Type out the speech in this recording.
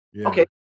okay